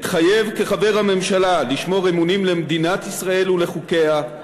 מתחייב כחבר הממשלה לשמור אמונים למדינת ישראל ולחוקיה,